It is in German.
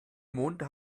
monde